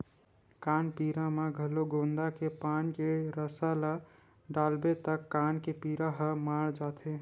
कान पीरा म घलो गोंदा के पाना के रसा ल डालबे त कान के पीरा ह माड़ जाथे